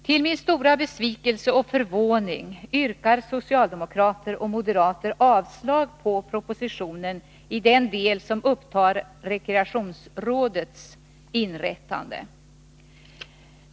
Till min stora besvikelse och förvåning yrkar socialdemokrater och moderater avslag på propositionen i den del som upptar rekreationsrådets inrättande.